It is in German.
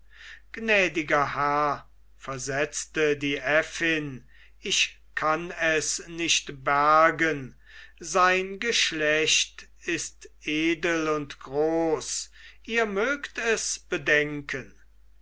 gnädiger herr versetzte die äffin ich kann es nicht bergen sein geschlecht ist edel und groß ihr mögt es bedenken